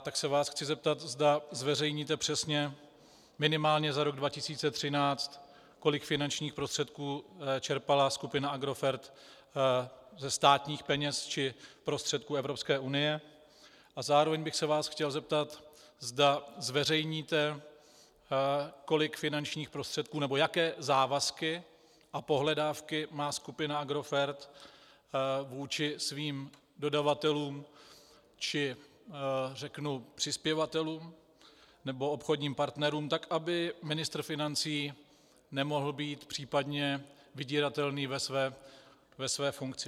Tak se vás chci zeptat, zda zveřejníte přesně minimálně za rok 2013, kolik finančních prostředků čerpala skupina Agrofert ze státních peněz či prostředků Evropské unie, a zároveň bych se vás chtěl zeptat, zda zveřejníte, kolik finančních prostředků, nebo jaké závazky a pohledávky má skupina Agrofert vůči svým dodavatelům či přispěvatelům nebo obchodním partnerům, tak aby ministr financí nemohl být případně vydíratelný ve své funkci.